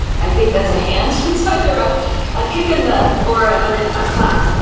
i think that's a hand. it's like they're ah a kick in the or a clap.